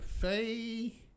say